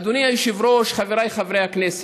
אדוני היושב-ראש, חבריי חברי הכנסת,